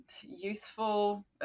useful